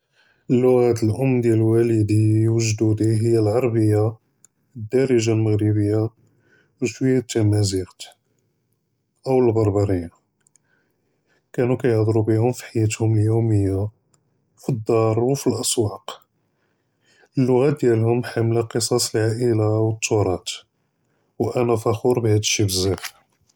אללוע׳ה לאם דיאל ואלדיא ו ג׳דודי היא אלע׳ביה، א-דארג׳ה אלמגרביה ו שוויא ד תאמאזיג׳ת, או אלברבריה, כאנו כאיהדרו בהם פחיאת-הום אליומיה, פ-א-דאר או פ-אלאסואק, אללוע׳את דיאל-הום חאמלה קצאץ אלעאילה ו אלתראת׳ ו אנא פח׳ור בהאד שִי בזזאף.